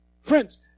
Friends